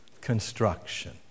construction